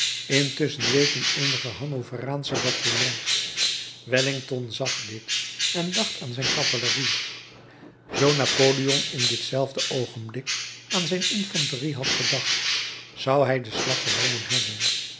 intusschen weken eenige hanoveraansche bataljons wellington zag dit en dacht aan zijn cavalerie zoo napoleon in ditzelfde oogenblik aan zijn infanterie had gedacht zou hij den slag gewonnen hebben